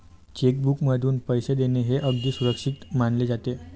check बुकमधून पैसे देणे हे अगदी सुरक्षित मानले जाते